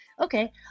okay